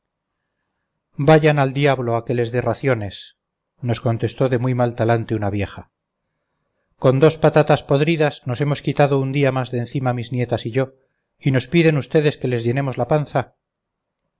vayan al diablo a que les dé raciones nos contestó de muy mal talante una vieja con dos patatas podridas nos hemos quitado un día más de encima mis nietas y yo y nos piden ustedes que les llenemos la panza